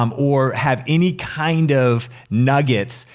um or have any kind of nuggets,